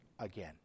Again